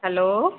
hello